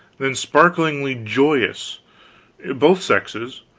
then sparklingly joyous both sexes,